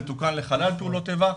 וזה תוקן ל'חלל פעולות איבה'.